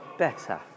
better